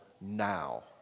now